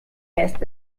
erst